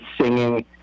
singing